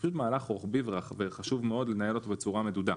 זה פשוט מהלך רוחבי וחשוב מאוד לנהל אותו בצורה מדודה.